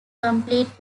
complete